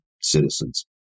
citizens